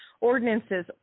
ordinances